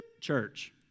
church